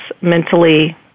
mentally